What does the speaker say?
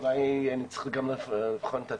אולי אני צריך לבחון את עצמי,